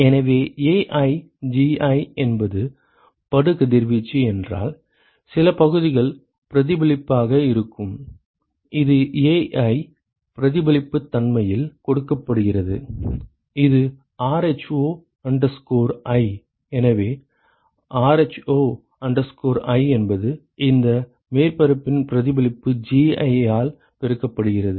எனவே Ai Gi என்பது படுகதிர்வீச்சு என்றால் சில பகுதிகள் பிரதிபலிப்பதாக இருக்கும் இது Ai பிரதிபலிப்புத்தன்மையில் கொடுக்கப்படுகிறது இது rho i எனவே rho i என்பது அந்த மேற்பரப்பின் பிரதிபலிப்பு Gi ஆல் பெருக்கப்படுகிறது